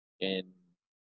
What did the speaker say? and